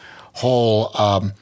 whole